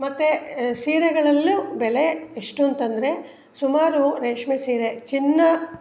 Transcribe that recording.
ಮತ್ತು ಸೀರೆಗಳಲ್ಲೂ ಬೆಲೆ ಎಷ್ಟು ಅಂತ ಅಂದ್ರೆ ಸುಮಾರು ರೇಷ್ಮೆ ಸೀರೆ ಚಿನ್ನ